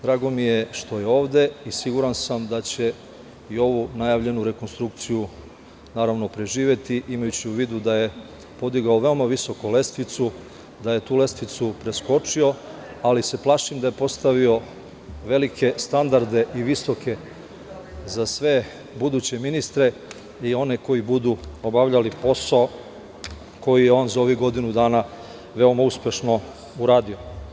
Drago mi je što je ovde, i siguran sam da će i ovu najavljenu rekonstrukciju, naravno preživeti, imajući u vidu da je podigao veoma visoko lestvicu, da je tu lestvicu preskočio, ali se plašim da je postavio velike standarde i visoke za sve buduće ministre, i one koji budu obavljali posao koji je on za ovih godinu dana veoma uspešno uradio.